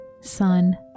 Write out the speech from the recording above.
sun